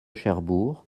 cherbourg